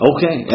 Okay